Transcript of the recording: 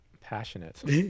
passionate